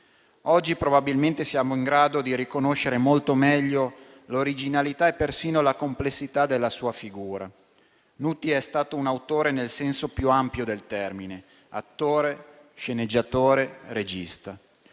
Oggi, probabilmente, siamo in grado di riconoscere molto meglio l'originalità e persino la complessità della sua figura. Nuti è stato un autore nel senso più ampio del termine: attore, sceneggiatore e regista.